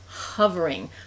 hovering